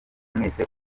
mwese